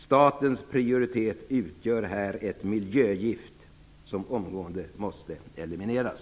Statens prioritet utgör här ett miljögift som omgående måste elimineras.